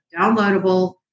downloadable